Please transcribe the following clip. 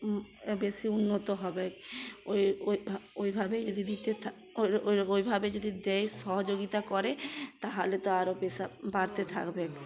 বেশি উন্নত হবে ওই ওই ওইভাবে যদি দিতে ওইভাবে যদি দেয় সহযোগিতা করে তাহলে তো আরও পেশা বাড়তে থাকবে